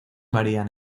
varían